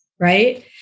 Right